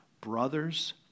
Brothers